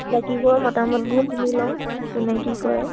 বাকীবোৰৰ মতামতবোৰ শুনি লওঁ কোনে কি কয়